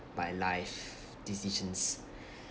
my life decisions